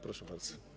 Proszę bardzo.